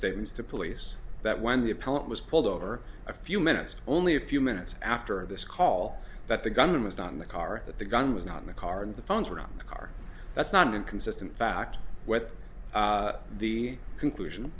statements to police that when the appellant was pulled over a few minutes only a few minutes after this call that the gun was not in the car that the gun was not in the car and the phones were on the car that's not inconsistent fact with the conclusion